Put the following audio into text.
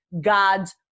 God's